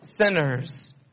sinners